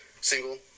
single